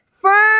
Firm